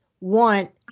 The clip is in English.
want